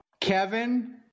Kevin